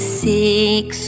six